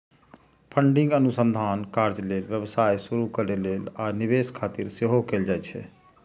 funding अनुसंधान कार्य लेल, व्यवसाय शुरू करै लेल, आ निवेश खातिर सेहो कैल जाइ छै